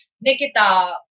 Nikita